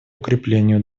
укреплению